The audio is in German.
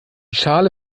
schale